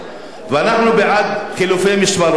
ואנחנו בעד חילופי משמרות,